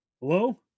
Hello